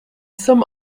some